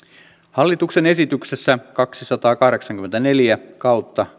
hallituksen esityksessä kaksisataakahdeksankymmentäneljä kautta